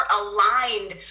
aligned